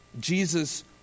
Jesus